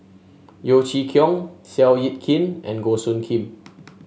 Yeo Chee Kiong Seow Yit Kin and Goh Soo Khim